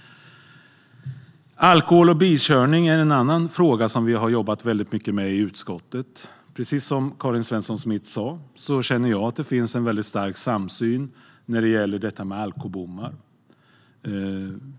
Alkohol och bilkörning är en annan fråga som vi har jobbat mycket med i utskottet. Jag känner precis som Karin Svensson Smith att det finns en stark samsyn gällande alkobommar.